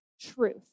truth